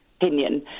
opinion